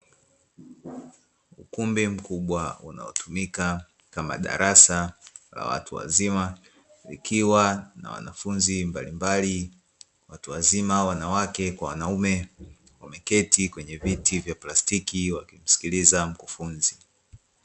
Ukumbi mkubwa, unaotumika kama darasa la watu wazima, likiwa na wanafunzi mbalimbali; watu wazima wanawake kwa wanaume, wameketi katika viti vya plastiki wakimsikiliza mkufunzi.